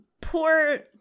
poor